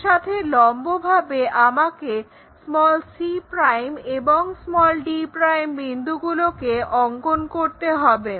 এর সাথে লম্বভাবে আমাকে c' এবং d' বিন্দুগুলোকে অঙ্কন করতে হবে